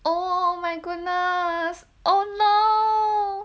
oh my goodness oh no